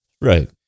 Right